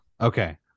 Okay